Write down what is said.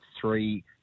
three